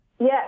Yes